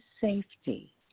safety